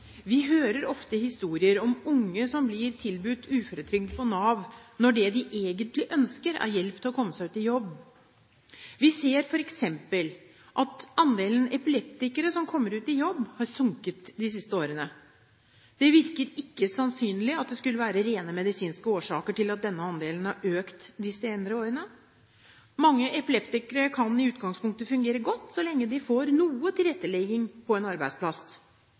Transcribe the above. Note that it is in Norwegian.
Vi hører ofte historier om unge som blir tilbudt uføretrygd fra Nav, når det de egentlig ønsker, er hjelp til å komme seg ut i jobb. Vi ser f.eks. at andelen epileptikere som kommer ut i jobb, har sunket de siste årene. Det virker ikke sannsynlig at det skulle være rene medisinske årsaker til at denne andelen har økt de senere årene. Mange epileptikere kan i utgangspunktet fungere godt så lenge de får noe tilrettelegging på en arbeidsplass.